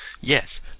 Yes